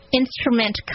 instrument